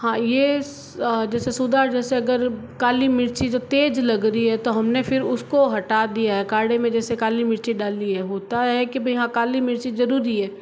हाँ ये जैसे सुधार जैसे अगर काली मिर्ची जो तेज़ लग रही है तो हमने फिर उसको हटा दिया है काढ़े में जैसे काली मिर्ची डाली है होता है कि भाई हाँ काली मिर्ची ज़रूरी है